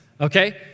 okay